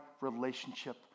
relationship